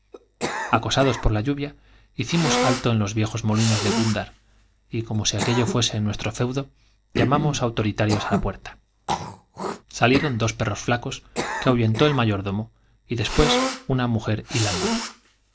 acosados por la lluvia hicimos alto los en viejos molinos de gundar y como si aquello fuese nuestro feudo llamamos auto ritarios á la puerta salieron dos perros flacos que ahuyentó el mayordomo y después una mujer hilando